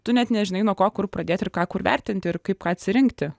tu net nežinai nuo ko kur pradėti ir ką kur vertinti ir kaip ką atsirinkti